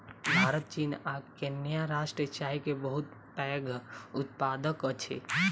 भारत चीन आ केन्या राष्ट्र चाय के बहुत पैघ उत्पादक अछि